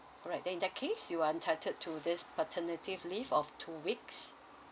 alright then in that case you are entitled to this paternity leave of two weeks